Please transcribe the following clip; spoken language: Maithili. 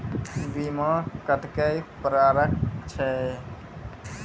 बीमा कत्तेक प्रकारक छै?